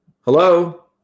Hello